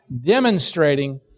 demonstrating